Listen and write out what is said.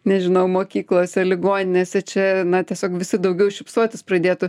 nežinau mokyklose ligoninėse čia na tiesiog visi daugiau šypsotis pradėtų